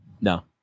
No